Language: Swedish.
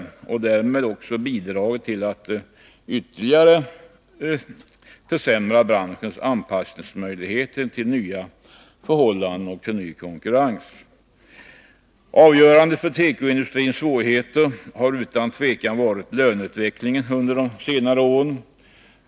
Därmed har företagsstrukturen också bidragit till att ytterligare försämra branschens möjligheter att anpassa sig till nya förhållanden och till ny konkurrens. Avgörande för tekoindustrins svårigheter har utan tvivel varit löneutvecklingen under senare år.